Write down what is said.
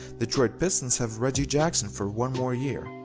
detroit pistons have reggie jackson for one more year.